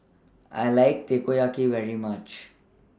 I like Takoyaki very much